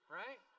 right